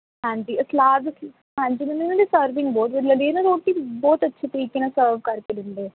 ਹਾਂਜੀ ਸਲਾਦ ਹਾਂਜੀ ਮੈਨੂੰ ਉਹਨਾਂ ਦੀ ਸਰਵਿੰਗ ਬਹੁਤ ਵਧੀਆ ਹੁੰਦੀ ਇਹ ਨਾ ਰੋਟੀ ਬਹੁਤ ਅੱਛੇ ਤਰੀਕੇ ਨਾਲ ਸਰਵ ਕਰਕੇ ਦਿੰਦੇ ਹੈ